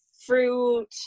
fruit